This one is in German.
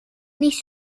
nicht